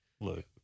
Look